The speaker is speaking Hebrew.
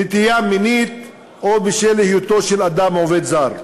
נטייה מינית, או בשל היותו של אדם עובד זר.